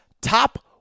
top